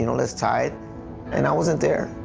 you know let's tithe and i wasn't there,